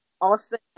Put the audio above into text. Austin